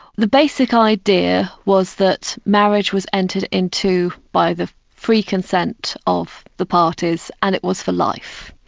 the basic idea was that marriage was entered into by the free consent of the parties and it was for life.